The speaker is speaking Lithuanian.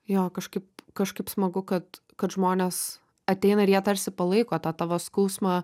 jo kažkaip kažkaip smagu kad kad žmonės ateina ir jie tarsi palaiko tą tavo skausmą